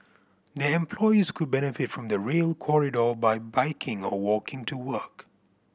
their employees could benefit from the Rail Corridor by biking or walking to work